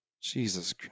Jesus